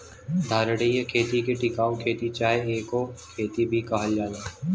धारणीय खेती के टिकाऊ खेती चाहे इको खेती भी कहल जाला